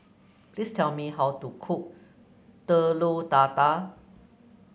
please tell me how to cook Telur Dadah